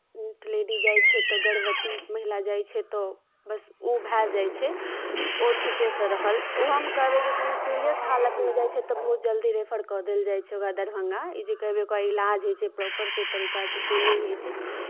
ladies जाइ छै तऽ गर्भवती महिला जाइ छै तऽ बस ओ भए जाइ छै ओ ठीकेसँ रहल ओहोमे कहबै जे कोनो सीरियस हालतमे जाइ छै तऽ बहुत जल्दी रेफर कऽ देल जाइ छै ओकरा दरभंगा ई जे कहबै ओकरा इलाज होइ छै प्रॉपरसँ तरीकासँ से नहि होइ छै